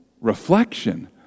reflection